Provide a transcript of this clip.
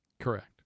correct